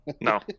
No